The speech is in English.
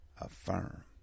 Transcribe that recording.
Affirm